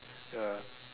ya